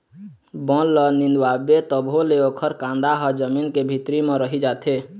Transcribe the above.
बन ल निंदवाबे तभो ले ओखर कांदा ह जमीन के भीतरी म रहि जाथे